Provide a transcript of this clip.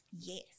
Yes